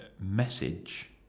message